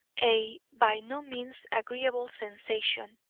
a by no means agreeable sensation,